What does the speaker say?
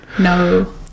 no